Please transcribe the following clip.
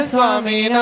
Swami